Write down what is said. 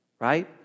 Right